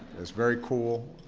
is very cool.